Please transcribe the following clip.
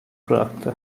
bıraktı